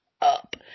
up